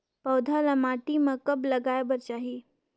पौधा ल माटी म कब लगाए बर चाही?